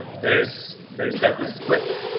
there's there's that split,